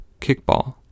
kickball